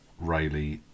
Rayleigh